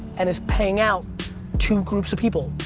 and is paying out two groups of people.